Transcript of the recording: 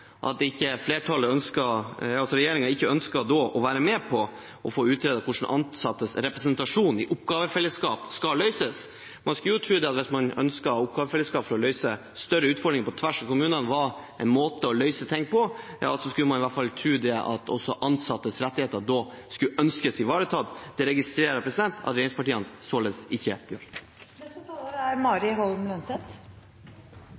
at regjeringen ikke ønsker å være med på å få utredet hvordan ansattes representasjon i oppgavefellesskap skal løses. Man skulle jo tro at hvis man ønsket et oppgavefellesskap for å løse større utfordringer på tvers av kommunene, skulle også ansattes rettigheter ønskes ivaretatt. Det registrerer jeg at regjeringspartiene ikke gjør. Det er bra at Stortinget i dag i all hovedsak slutter seg til regjeringens forslag om den nye kommuneloven. Det